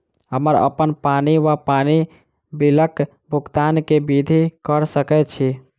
हम्मर अप्पन पानि वा पानि बिलक भुगतान केँ विधि कऽ सकय छी?